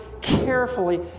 carefully